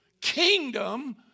kingdom